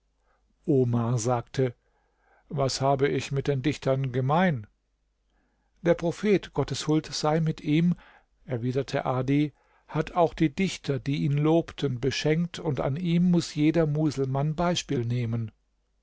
omar sagte was habe ich mit den dichtern gemein der prophet gottes huld sei mit ihm erwiderte adi hat auch die dichter die ihn lobten beschenkt und an ihm muß jeder muselmann beispiel nehmen